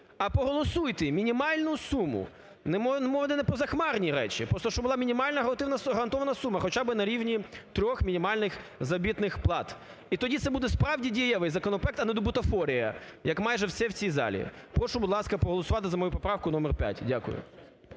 А проголосуйте мінімальну суму, можна не позахмарні речі, а просто, щоб була мінімальна гарантована сума хоча би на рівні трьох мінімальних заробітних плат. І тоді це буде, справді, дієвий законопроект, а не бутафорія як майже все в цій залі. Прошу, будь ласка, проголосувати за мою поправку номер 5. Дякую.